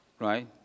Right